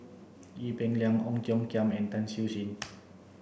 Ee Peng Liang Ong Tiong Khiam and Tan Siew Sin